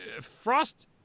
Frost